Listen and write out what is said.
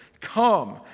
Come